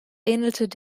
ähnelt